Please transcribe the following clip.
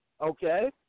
Okay